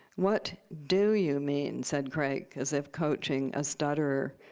what do you mean said crake, as if coaching a stutterer.